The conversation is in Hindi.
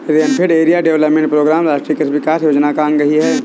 रेनफेड एरिया डेवलपमेंट प्रोग्राम राष्ट्रीय कृषि विकास योजना का अंग ही है